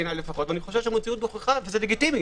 זה לגיטימי